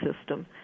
system